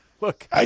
Look